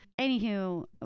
Anywho